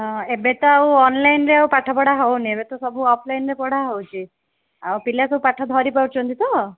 ହଁ ଏବେ ତ ଆଉ ଅନ୍ଲାଇନ୍ରେ ଆଉ ପାଠପଢ଼ା ହେଉନି ଏବେତ ସବୁ ଅଫ୍ଲାଇନ୍ରେ ପଢ଼ା ହେଉଛି ଆଉ ପିଲା ସବୁ ପାଠ ଧରି ପାରୁଛନ୍ତିତ